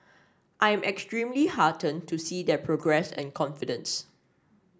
I am extremely heartened to see their progress and confidence